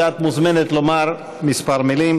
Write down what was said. את מוזמנת לומר כמה מילים.